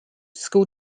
school